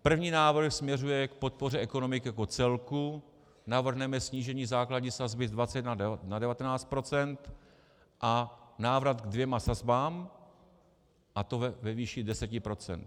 První návrh směřuje k podpoře ekonomiky jako celku, navrhneme snížení základní sazby z 21 na 19 %, a návrat k dvěma sazbám, a to ve výši 10 %.